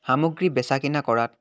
সামগ্ৰী বেচা কিনা কৰাত